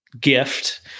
gift